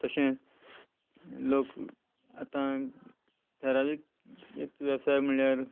तशेंच लोक आतां थारावीक एक वेवसाय म्हणल्यार